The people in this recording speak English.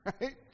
right